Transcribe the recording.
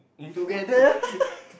together